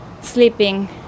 sleeping